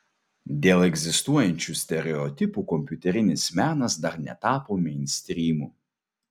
dėl egzistuojančių stereotipų kompiuterinis menas dar netapo meinstrymu